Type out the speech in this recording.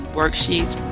worksheets